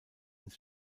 ins